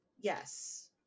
Yes